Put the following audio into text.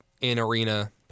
in-arena